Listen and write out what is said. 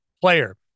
player